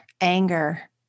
anger